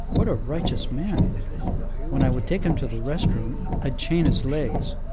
what a righteous man. when i would take him to the restroom i'd chain his legs.